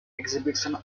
exhibitions